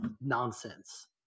nonsense